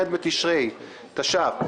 ח' בתשרי התש"ף,